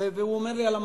והוא אמר לי על המאמצים,